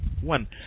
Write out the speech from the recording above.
one